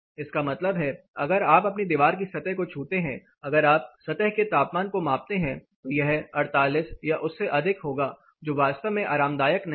इसका मतलब है अगर आप दीवार की सतह को छूते हैं अगर आप सतह के तापमान को मापते हैं तो यह 48 या उससे अधिक होगा जो वास्तव में आरामदायक नहीं है